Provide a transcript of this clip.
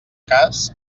cas